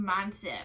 mindset